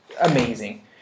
amazing